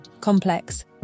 complex